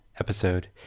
episode